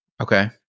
Okay